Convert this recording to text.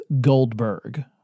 Goldberg